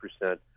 percent